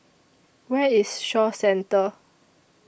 Where IS Shaw Centre